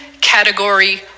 category